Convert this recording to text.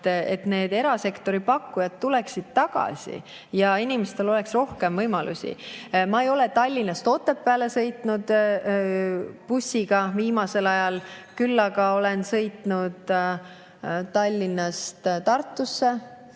et erasektori pakkujad tuleksid tagasi ja inimestel oleks rohkem võimalusi. Ma ei ole Tallinnast Otepääle sõitnud bussiga viimasel ajal, küll aga olen sõitnud Tallinnast Tartusse,